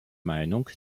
meinung